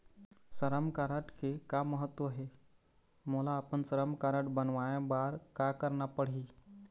श्रम कारड के का महत्व हे, मोला अपन श्रम कारड बनवाए बार का करना पढ़ही?